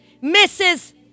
misses